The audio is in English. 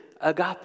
agape